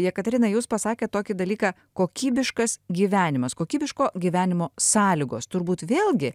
jekaterina jūs pasakėt tokį dalyką kokybiškas gyvenimas kokybiško gyvenimo sąlygos turbūt vėlgi